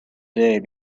day